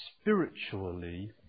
spiritually